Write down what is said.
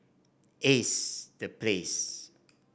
Ace The Place